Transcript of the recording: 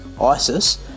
ISIS